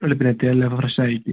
വെളുപ്പിന് എത്തി അല്ലേ ഫ്രഷ് ആയിറ്റ്